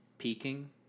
peaking